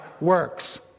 works